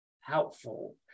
helpful